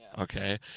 Okay